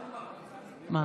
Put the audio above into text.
מה?